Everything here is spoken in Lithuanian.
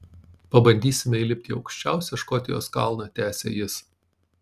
pabandysime įlipti į aukščiausią škotijos kalną tęsė jis